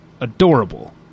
adorable